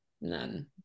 none